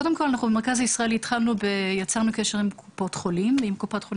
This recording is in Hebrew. קודם כל אנחנו יצרנו קשר עם קופת חולים מסוימת